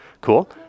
Cool